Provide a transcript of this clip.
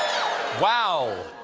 wow.